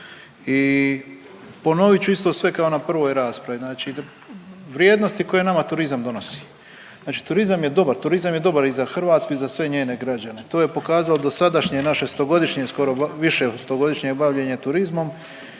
i ponovit ću isto sve kao na prvoj raspravi, znači vrijednosti koje nama turizam donosi. Znači turizam je dobar, turizam je dobar i za Hrvatsku i za sve njene građane. To je pokazalo dosadašnje naše 100-godišnje skoro, više od 100-godišnje bavljenje turizmom